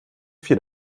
vier